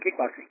kickboxing